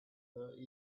thirty